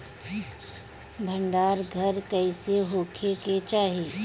भंडार घर कईसे होखे के चाही?